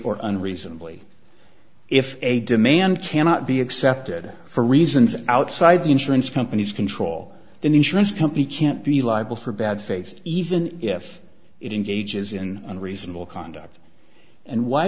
or unreasonably if a demand cannot be accepted for reasons outside the insurance company's control then the insurance company can't be liable for bad faith even if it engages in a reasonable conduct and why